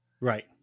Right